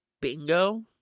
Bingo